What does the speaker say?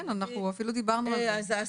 כן, אנחנו אפילו דיברנו על זה, אני זוכרת.